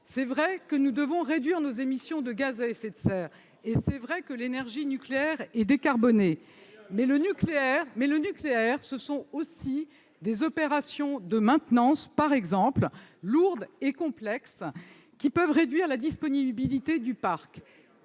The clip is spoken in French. C'est vrai, nous devons réduire nos émissions de gaz à effet de serre, et il est également vrai que l'énergie nucléaire est décarbonée. Mais le nucléaire, ce sont aussi des opérations de maintenance lourdes et complexes qui peuvent réduire la disponibilité du parc.